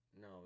no